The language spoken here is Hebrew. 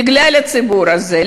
בגלל הציבור הזה,